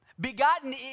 Begotten